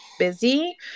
busy